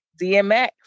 DMX